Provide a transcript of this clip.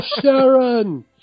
Sharon